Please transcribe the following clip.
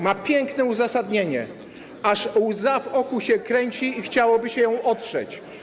Ma piękne uzasadnienie, aż łza w oku się kręci i chciałoby się ją otrzeć.